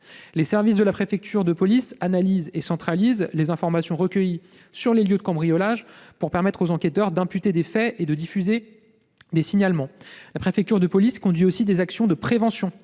Les services de la préfecture de police analysent et centralisent les informations recueillies sur les lieux de cambriolage pour permettre aux enquêteurs d'imputer des faits et de diffuser des signalements. La préfecture de police mène aussi des actions de prévention